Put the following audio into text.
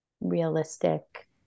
Realistic